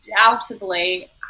undoubtedly